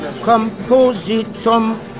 compositum